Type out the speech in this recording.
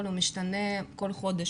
הוא משתנה כל חודש,